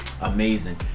amazing